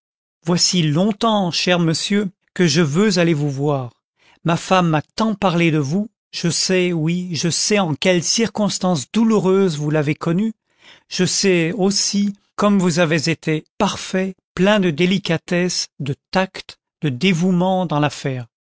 voici longtemps cher monsieur que je veux aller vous voir ma femme m'a tant parlé de vous je sais oui je sais en quelle circonstance douloureuse vous l'avez connue je sais aussi comme vous avez été parfait plein de délicatesse de tact de dévouement dans l'affaire